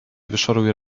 wyszoruj